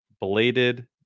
bladed